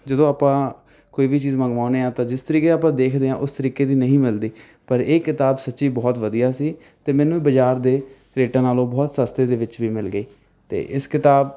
ਜਦੋਂ ਆਪਾਂ ਕੋਈ ਵੀ ਚੀਜ਼ ਮੰਗਵਾਉਂਦੇ ਹਾਂ ਤਾਂ ਜਿਸ ਤਰੀਕੇ ਆਪਾਂ ਦੇਖਦੇ ਹਾਂ ਉਸ ਤਰੀਕੇ ਦੀ ਨਹੀਂ ਮਿਲਦੀ ਪਰ ਇਹ ਕਿਤਾਬ ਸੱਚੀ ਬਹੁਤ ਵਧੀਆ ਸੀ ਅਤੇ ਮੈਨੂੰ ਵੀ ਬਾਜ਼ਾਰ ਦੇ ਰੇਟਾਂ ਨਾਲੋਂ ਬਹੁਤ ਸਸਤੇ ਦੇ ਵਿੱਚ ਵੀ ਮਿਲ ਗਈ ਅਤੇ ਇਸ ਕਿਤਾਬ